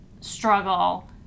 struggle